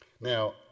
Now